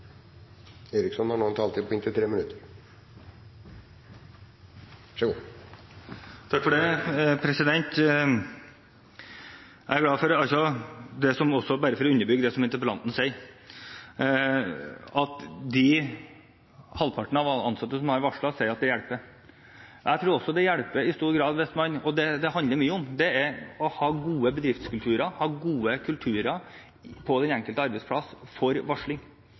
glad for – bare for å underbygge det som interpellanten sier – at halvparten av ansatte som har varslet, sier at det hjelper. Jeg tror også det i stor grad hjelper hvis man – og det handler dette mye om – har god bedriftskultur, har god kultur for varsling på den enkelte arbeidsplass. Der man har god kultur, gode holdninger og gode rutiner for